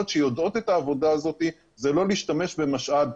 שיודעות את העבודה הזאת זה לא להשתמש במשאב.